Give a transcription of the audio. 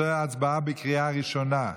שזו ההצבעה בקריאה ראשונה.